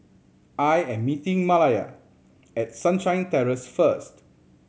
I am meeting Malaya at Sunshine Terrace first